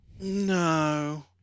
No